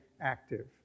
active